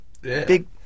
big